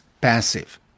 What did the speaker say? passive